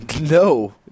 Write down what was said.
no